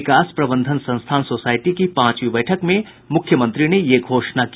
विकास प्रबंधन संस्थान सोसायटी की पांचवीं बैठक में मुख्यमंत्री ने ये घोषणा की